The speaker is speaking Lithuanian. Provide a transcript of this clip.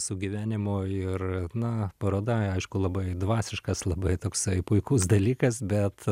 su gyvenimu ir na paroda aišku labai dvasiškas labai toksai puikus dalykas bet